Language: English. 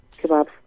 kebabs